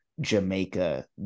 Jamaica